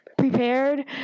prepared